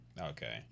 okay